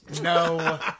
No